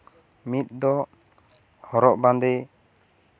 ᱢᱤᱫ ᱫᱚ ᱦᱚᱨᱚᱜ ᱵᱟᱸᱫᱮ